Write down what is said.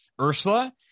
Ursula